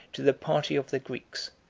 to the party of the greeks.